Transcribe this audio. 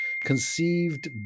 conceived